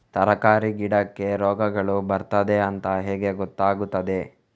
ತರಕಾರಿ ಗಿಡಕ್ಕೆ ರೋಗಗಳು ಬರ್ತದೆ ಅಂತ ಹೇಗೆ ಗೊತ್ತಾಗುತ್ತದೆ?